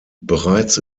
bereits